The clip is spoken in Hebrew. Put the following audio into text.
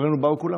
אחרינו באו כולם.